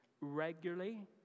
regularly